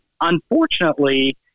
unfortunately